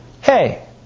Hey